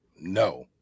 No